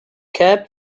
cap